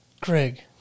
Greg